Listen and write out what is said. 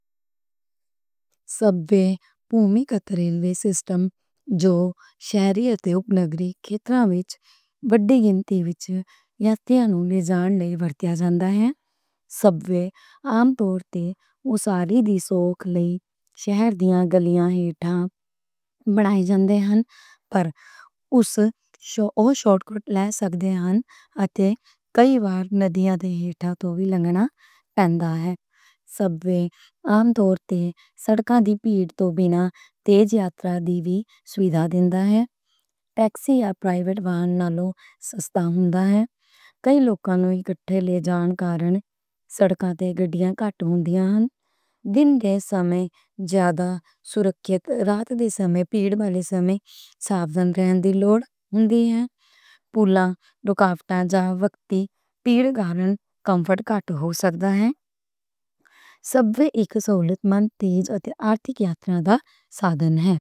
سب وے عوامی ٹرین لے سسٹم، جو شہری اتے اُپ نگری خطّہاں وچ وڈّی گنتی وچ یاتریاں نوں لے جان لئی ورتیا جاندا اے۔ سب وے عام طور تے شہر دیاں گلیاں ہیٹھاں بنائے جاندے نیں۔ سب وے عام طور تے سڑکاں دے پیومنٹ تھلے ٹنلّاں وچ تیز یاترا دی وی سہولت دیندا اے۔ سب وے اک سہولت مند تے آرتھک یاترا دا سادھن اے۔